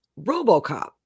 Robocop